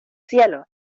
cielo